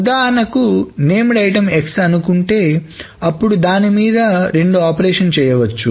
ఉదాహరణకి నేమ్ డైట్టమ్ X అనుకుంటే అప్పుడు దాని మీద రెండు ఆపరేషన్ చేయొచ్చు